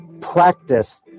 practice